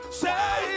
say